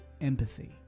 Empathy